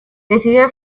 decidió